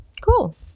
Cool